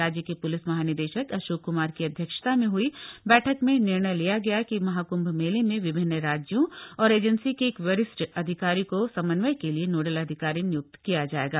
राज्य के प्लिस महानिदेशक अश्क्र क्मार की अध्यक्षता में हई बठक में निर्णय लिया गया कि महाकृंभ मेले में विभिन्न राज्यों औऱ एजेंन्सी के एक वरिष्ठ अधिकारी कथ समन्वय के लिए नाइल अधिकारी नियुक्त किया जाएगा